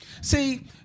See